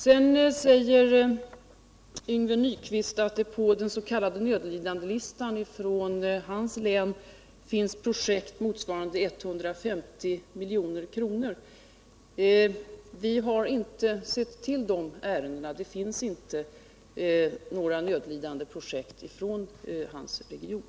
Sedan säger Yngve Nyquist att det på den s.k. nödlidandelistan från hans län finns projekt motsvarande 150 milj.kr. Vi har inte sett till de ärendena — det finns inte några nödlidandeprojekt från hans region.